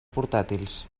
portàtils